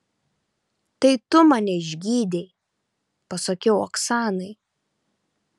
tai tu mane išgydei pasakiau oksanai